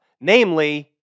namely